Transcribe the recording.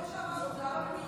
כמו שאמרנו, זה הרע במיעוטו.